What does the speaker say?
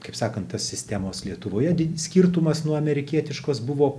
kaip sakant ta sistemos lietuvoje di skirtumas nuo amerikietiškos buvo